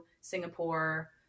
Singapore